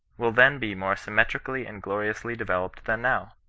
will then be more symmetrically and glo riously developed than now.